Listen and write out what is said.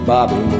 Bobby